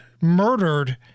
murdered